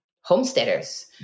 homesteaders